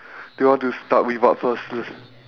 you want to start with what first